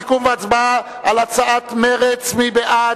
הצבעה על הודעת סיכום של סיעת מרצ מי בעד?